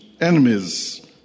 enemies